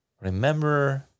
remember